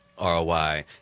ROI